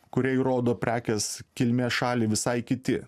kurie įrodo prekės kilmės šalį visai kiti